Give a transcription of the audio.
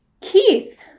Keith